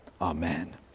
Amen